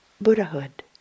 Buddhahood